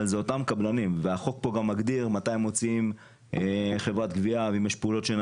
אבל אם היו מקרים כאלה, אלה אותם קבלנים.